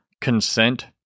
consent